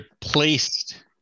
placed